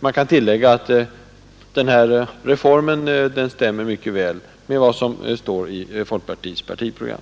Man kan tillägga att denna reform stämmer mycket väl med vad som står i folkpartiets partiprogram.